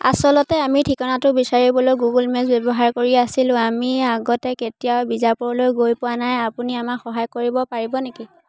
আচলতে আমি ঠিকনাটো বিচাৰিবলৈ গুগল মেপছ ব্যৱহাৰ কৰি আছিলোঁ আমি আগতে কেতিয়াও বিজাপুৰলৈ গৈ পোৱা নাই আপুনি আমাক সহায় কৰিব পাৰিব নেকি